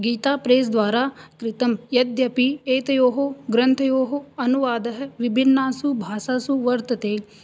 गीताप्रेस् द्वारा कृतं यद्यपि एतयोः ग्रन्थयोः अनुवादः विभिन्नासु भाषासु वर्तते